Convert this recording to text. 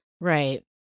Right